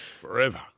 Forever